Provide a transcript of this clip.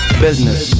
business